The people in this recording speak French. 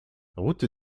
route